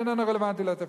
שאיננו רלוונטי לתפקיד.